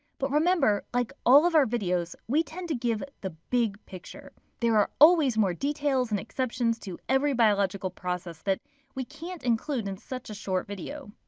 but remember, like all of our videos, we tend to give the big picture. there are always more details and exceptions to every biological process that we can't include in such a short video.